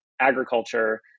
agriculture